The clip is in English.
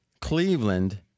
Cleveland